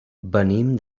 venim